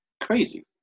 crazy